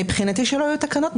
מבחינתי שלא יהיו תקנות,